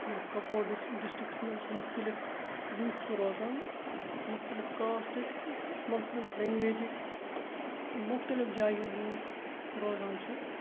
یَتھ کپور district districts منٛز مُختلِف لوٗکھ چھِ روزان مختلف کاسٹٕکۍ مختلف لینٛگویجٕکۍ تہٕ مختلف جایہِ ہِنٛدۍ لوٗکھ روزان چھِ